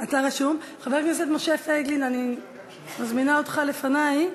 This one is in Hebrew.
אני מזמינה אותך לפני,